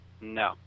No